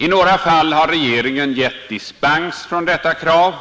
I några fall har regeringen givit dispens från detta krav,